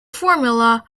formula